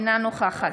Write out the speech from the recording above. בעד